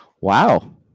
Wow